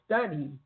study